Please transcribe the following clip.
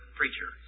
preacher